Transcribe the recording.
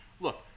Look